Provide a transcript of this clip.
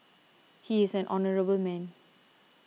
he is an honourable man